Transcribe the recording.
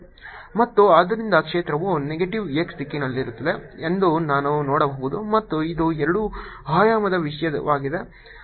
sPcosϕE P20 x ಮತ್ತು ಆದ್ದರಿಂದ ಕ್ಷೇತ್ರವು ನೆಗೆಟಿವ್ x ದಿಕ್ಕಿನಲ್ಲಿರುತ್ತದೆ ಎಂದು ನಾನು ನೋಡಬಹುದು ಮತ್ತು ಇದು ಎರಡು ಆಯಾಮದ ವಿಷಯವಾಗಿದೆ